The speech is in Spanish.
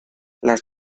las